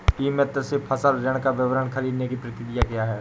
ई मित्र से फसल ऋण का विवरण ख़रीदने की प्रक्रिया क्या है?